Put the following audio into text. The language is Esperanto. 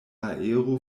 aero